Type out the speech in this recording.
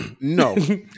No